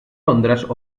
londres